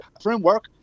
framework